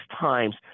times